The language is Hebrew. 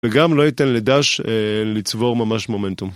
וגם לא ייתן לדש לצבור ממש מומנטום.